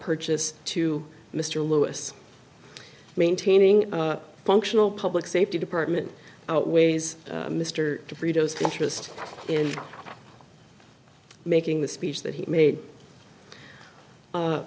purchase to mr lewis maintaining a functional public safety department outweighs mr fritos interest in making the speech that he made